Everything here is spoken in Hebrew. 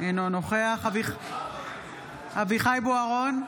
אינו נוכח אביחי אברהם בוארון,